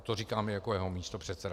To říkám jako jeho místopředseda.